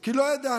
כי לא ידענו.